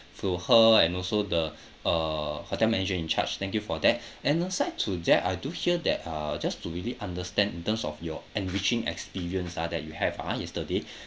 to her and also the uh hotel manager in charge thank you for that and aside to that I do hear that uh just to really understand in terms of your enriching experience ah that you have ah yesterday